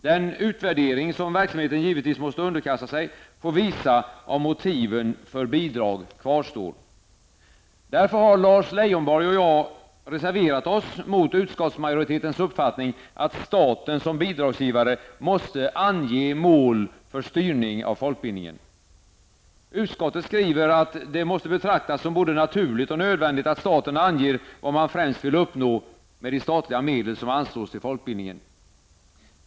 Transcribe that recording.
Den utvärdering som verksamheten givetvis måste underkasta sig får visa om motiven för bidrag kvarstår. Därför har Lars Leijonborg och jag reserverat oss mot utskottsmajoritetens uppfattning att staten som bidragsgivare måste ange mål för styrning av folkbildningen. Utskottet skriver att det måste betraktas som både naturligt och nödvändigt att staten anger vad man främst vill uppnå med de statliga medel som anslås till folkbildningen.